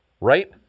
Right